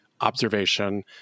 observation